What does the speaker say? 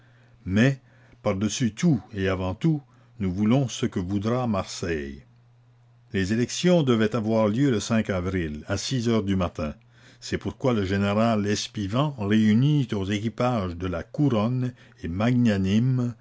mais par dessus tout et avant tout nous voulons ce que voudra marseille les élections devaient avoir lieu le avril à heures du matin c'est pourquoi le général espivent réunit aux équipages de la couronne et magnanime